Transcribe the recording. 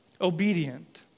obedient